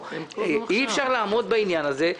אי אפשר לעמוד בעניין הזה.